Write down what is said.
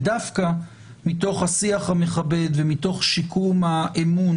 ודווקא מתוך השיח המכבד ומתוך שיקום האמון